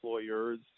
employers